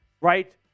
right